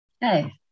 Hey